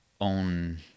own